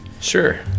Sure